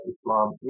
Islam